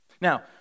Now